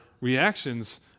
reactions